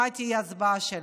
מה תהיה ההצבעה שלך,